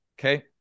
okay